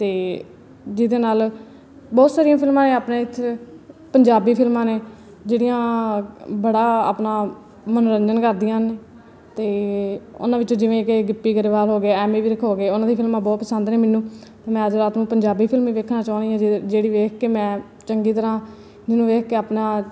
ਅਤੇ ਜਿਹਦੇ ਨਾਲ ਬਹੁਤ ਸਾਰੀਆਂ ਫਿਲਮਾਂ ਆਪਣੇ ਇੱਥੇ ਪੰਜਾਬੀ ਫਿਲਮਾਂ ਨੇ ਜਿਹੜੀਆਂ ਬੜਾ ਆਪਣਾ ਮਨੋਰੰਜਨ ਕਰਦੀਆਂ ਹਨ ਅਤੇ ਉਹਨਾਂ ਵਿੱਚੋਂ ਜਿਵੇਂ ਕਿ ਗਿੱਪੀ ਗਰੇਵਾਲ ਹੋ ਗਏ ਐਮੀ ਵਿਰਕ ਹੋ ਗਏ ਉਹਨਾਂ ਦੀ ਫਿਲਮਾਂ ਬਹੁਤ ਪਸੰਦ ਨੇ ਮੈਨੂੰ ਮੈਂ ਅੱਜ ਰਾਤ ਨੂੰ ਪੰਜਾਬੀ ਫਿਲਮ ਵੇਖਣਾ ਚਾਹੁੰਦੀ ਹਾਂ ਜਿਹੜੀ ਵੇਖ ਕੇ ਮੈਂ ਚੰਗੀ ਤਰ੍ਹਾਂ ਜਿਹਨੂੰ ਵੇਖ ਕੇ ਆਪਣਾ